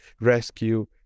rescue